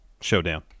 showdown